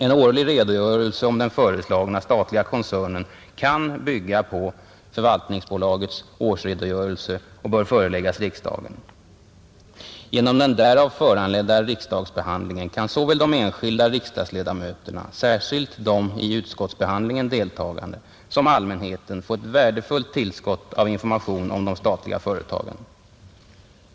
En årlig redogörelse om den föreslagna statliga koncernen kan bygga på förvaltningsbolagets årsredogörelse och bör föreläggas riksdagen. Genom den därav föranledda riksdagsbehandlingen kan såväl de enskilda riksdagsledamöterna — särskilt de i utskottsbehandlingen deltagande — som allmänheten få ett värdefullt tillskott av information om de statliga företagen.